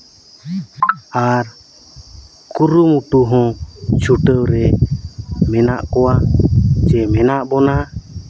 ᱟᱨ ᱠᱩᱨᱩᱢᱩᱴᱩ ᱦᱚᱸ ᱪᱷᱩᱴᱟᱹᱣ ᱨᱮ ᱢᱮᱱᱟᱜ ᱠᱚᱣᱟ ᱪᱮ ᱢᱮᱱᱟᱜ ᱵᱚᱱᱟ